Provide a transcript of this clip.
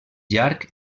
llarg